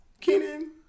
Kenan